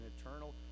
eternal